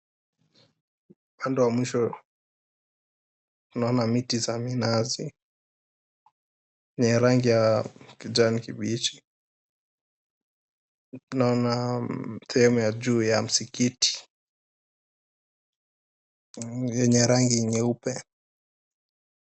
Pande wa mwisho tunaona miti za minazi ni ya rangi ya kijani kibichi naona sehemu ya juu ya msikiti yenye rangi nyeupe.